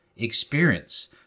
experience